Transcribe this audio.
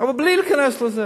אבל בלי להיכנס לזה.